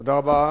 תודה רבה,